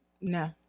No